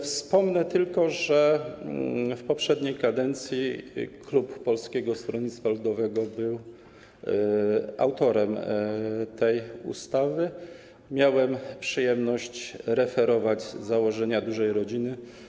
Wspomnę tylko, że w poprzedniej kadencji klub Polskiego Stronnictwa Ludowego był autorem tej ustawy, miałem przyjemność referować założenia dotyczące dużej rodziny.